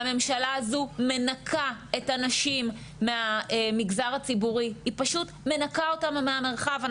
והממשלה הזו מנקה את הנשים במגזר הציבורי היא פשוט מנקה אותנו מהמרחב.